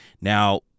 Now